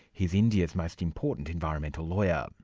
he's india's most important environmental lawyer. um